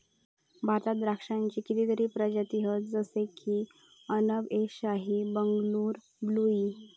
भारतात द्राक्षांची कितीतरी प्रजाती हत जशे की अनब ए शाही, बंगलूर ब्लू ई